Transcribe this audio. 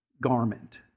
garment